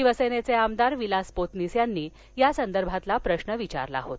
शिवसेनेचे आमदार विलास पोतनीस यांनी यासंदर्भातील प्रश्न विचारला होता